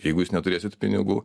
jeigu jūs neturėsit pinigų